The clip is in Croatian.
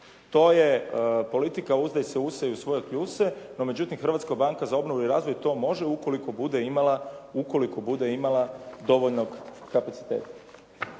To je politika uzdaj se u se i u svoje kljuse, no međutim Hrvatska banka za obnovu i razvoj to može ukoliko bude imala dovoljnog kapaciteta.